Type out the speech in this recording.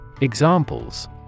examples